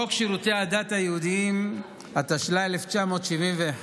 חוק שירותי הדת היהודיים, התשל"א 1971,